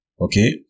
Okay